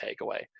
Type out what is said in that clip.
takeaway